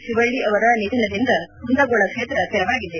ಶಿವಳ್ಳ ಅವರ ನಿಧನದಿಂದ ಕುಂದಗೋಳ ಕ್ಷೇತ್ರ ತೆರವಾಗಿದೆ